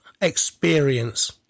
experience